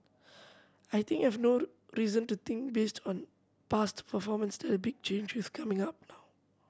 I think have no reason to think based on past performance that big change is coming now